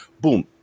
Boom